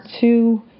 two